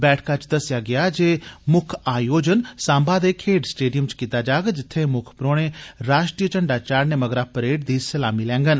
बैठक च दस्सेआ गेआ जे मुक्ख आयोजन साम्बा दे स्पोर्टस स्टेडियम च कीता जाग जित्थै मुक्ख परौहने राश्ट्रीय झंडा चढ़ाने मगरा परेड दी सलामी लैंगन